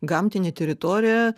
gamtinė teritorija